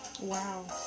Wow